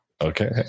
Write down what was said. Okay